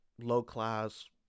low-class